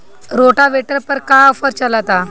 Rotavator पर का offer चलता?